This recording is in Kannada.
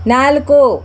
ನಾಲ್ಕು